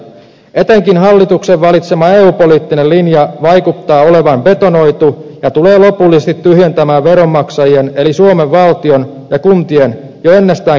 etenkin hallituksen valitsema eu poliittinen linja vaikuttaa olevan betonoitu ja tulee lopullisesti tyhjentämään veronmaksajien eli suomen valtion ja kuntien jo ennestäänkin tyhjät taskut